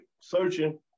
searching